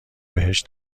بهش